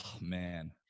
man